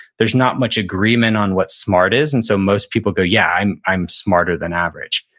there's not much agreement on what smart is, and so most people go, yeah, i'm i'm smarter than average.